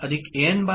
Bn' An'